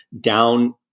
down